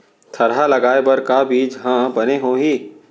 थरहा लगाए बर का बीज हा बने होही?